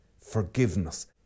forgiveness